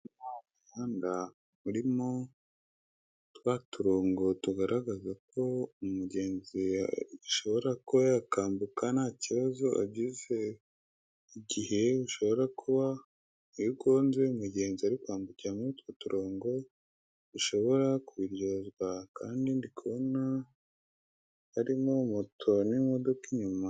Umuhanda urimo twa turongo tugaragaza ko umugenzi ashobora kuba yakwambuka nta kibazo agize, igihe ushobora kuba iyo ugonze umugenzi ari kwambukira muri utwo turongo ushobora kubiryozwa, kandi ndikubona harimo moto n'imodoka inyuma.